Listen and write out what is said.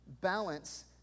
Balance